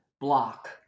block